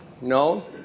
No